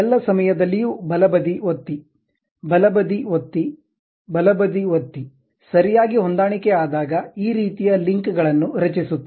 ಎಲ್ಲ ಸಮಯದಲ್ಲಿಯೂ ಬಲಬದಿ ಒತ್ತಿ ಬಲಬದಿ ಒತ್ತಿ ಬಲಬದಿ ಒತ್ತಿ ಸರಿಯಾಗಿ ಹೊಂದಾಣಿಕೆ ಆದಾಗ ಈ ರೀತಿಯ ಲಿಂಕ್ ಗಳನ್ನು ರಚಿಸುತ್ತದೆ